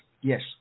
Yes